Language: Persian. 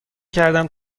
کردم